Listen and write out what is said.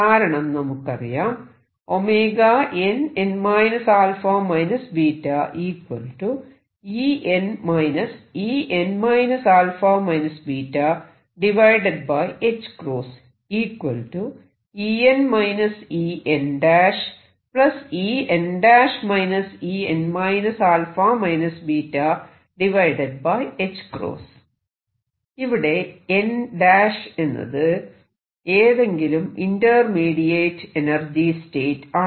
കാരണം നമുക്കറിയാം ഇവിടെ n' എന്നത് ഏതെങ്കിലും ഇന്റർമീഡിയറ്റ് എനർജി സ്റ്റേറ്റ് ആണ്